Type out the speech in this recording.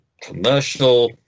commercial